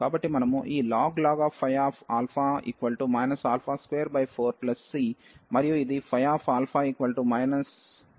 కాబట్టి మనము ఈ ln ϕα 24c మరియు ఇది c1e 24 ను పొందుతాము